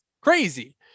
crazy